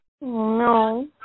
No